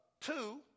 two